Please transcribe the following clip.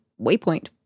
waypoint